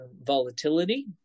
volatility